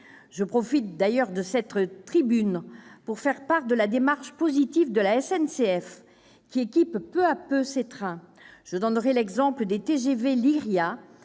Je profite d'ailleurs de cette tribune pour faire part de la démarche positive de la SNCF, qui équipe peu à peu ses trains. Dans les TGV Lyria,